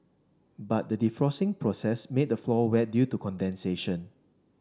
but the defrosting process made the floor wet due to condensation